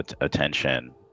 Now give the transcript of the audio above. attention